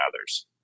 others